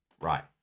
Right